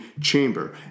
Chamber